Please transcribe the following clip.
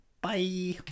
bye